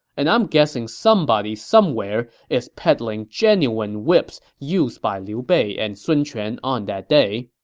and i'm guessing somebody somewhere is peddling genuine whips used by liu bei and sun quan on that day